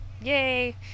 Yay